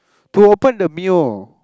to open the mail